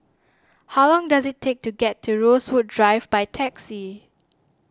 how long does it take to get to Rosewood Drive by taxi